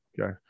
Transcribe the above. Okay